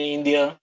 India